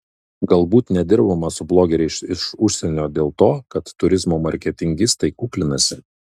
galbūt nedirbama su blogeriais iš užsienio dėl to kad turizmo marketingistai kuklinasi